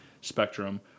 Spectrum